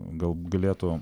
gal galėtų